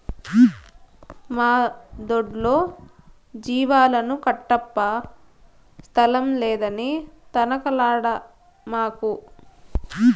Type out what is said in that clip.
మా దొడ్లో జీవాలను కట్టప్పా స్థలం లేదని తనకలాడమాకు